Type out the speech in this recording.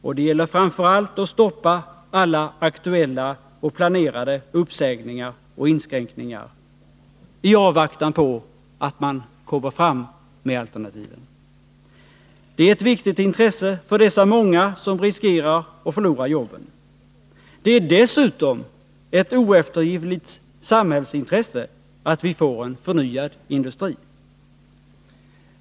Och det gäller framför allt att stoppa alla aktuella och planerade uppsägningar och inskränkningar i avvaktan på att de kommer fram med alternativen. Det är ett viktigt intresse för dessa många som riskerar att förlora jobben. Det är dessutom ett oeftergivligt samhällsintresse att vi får en förnyad industri.